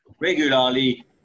regularly